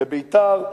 בביתר,